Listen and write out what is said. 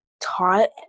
taught